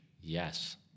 Yes